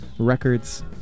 records